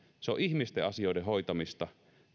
se on ihmisten asioiden hoitamista